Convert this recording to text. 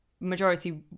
majority